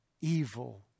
evil